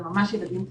אלא ממש ילדים קטנים,